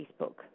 Facebook